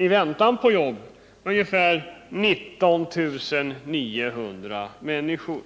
I väntan på jobb kvarstår ungefär 19 900 människor.